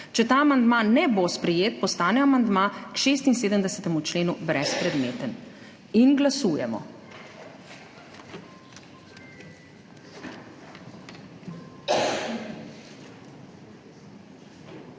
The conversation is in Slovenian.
Če ta amandma ne bo sprejet, postane amandma k 76. členu brezpredmeten. Glasovanje.